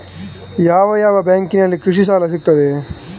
ಯಾವ ಯಾವ ಬ್ಯಾಂಕಿನಲ್ಲಿ ಕೃಷಿ ಸಾಲ ಸಿಗುತ್ತದೆ?